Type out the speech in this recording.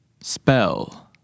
spell